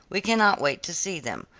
we cannot wait to see them.